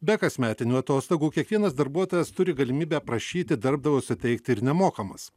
be kasmetinių atostogų kiekvienas darbuotojas turi galimybę prašyti darbdavio suteikti ir nemokamas